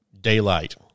daylight